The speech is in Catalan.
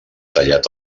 tallat